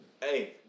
Hey